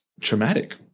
traumatic